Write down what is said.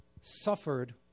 suffered